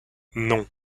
non